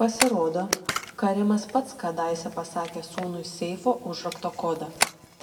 pasirodo karimas pats kadaise pasakė sūnui seifo užrakto kodą